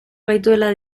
gaituela